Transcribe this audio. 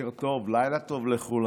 בוקר טוב, לילה טוב לכולם.